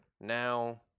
Now